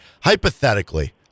Hypothetically